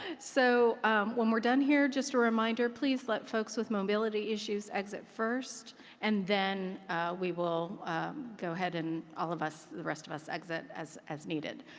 ah so when we're done here, just a reminder, please let folks with mobility issues exit first and then we will go ahead and all of us, the rest of us exit as as needed.